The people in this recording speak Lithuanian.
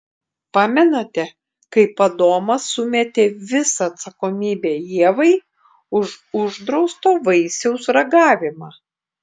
pamenate kaip adomas sumetė visą atsakomybę ievai už uždrausto vaisiaus ragavimą